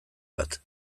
bat